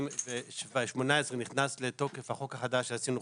בשנת 2018 נכנס לתוקף החוק החדש שעשינו,